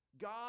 God